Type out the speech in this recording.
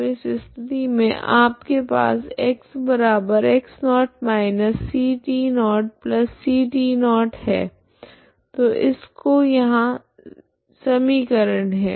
तो इस स्थिति मे आपके पास xx0−ctct0 है तो इस को यहाँ समीकरण है